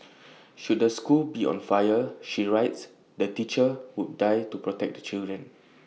should the school be on fire she writes the teacher would die to protect the children